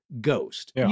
ghost